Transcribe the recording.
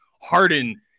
Harden